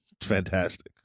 fantastic